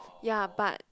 ya but